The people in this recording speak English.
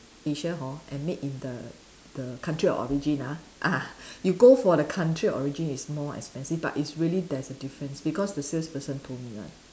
Asia hor and made in the the country of origin ah ah you go for the country of origin is more expensive but it's really there's a difference because the salesperson told me [one]